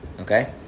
Okay